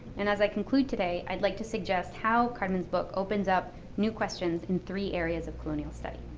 and as i conclude today, i'd like to suggest how carmen's book opens up new questions in three areas of colonial study.